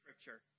scripture